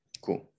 Cool